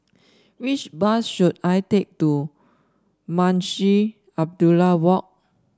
which bus should I take to Munshi Abdullah Walk